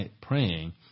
praying